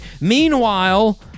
meanwhile